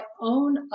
own